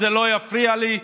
זה לא יפריע לי,